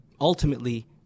ultimately